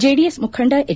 JDS ಮುಖಂಡ H